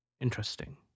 Interesting